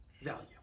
value